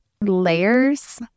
layers